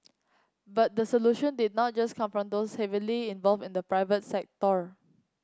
but the solution did not just come from those heavily involved in the private sector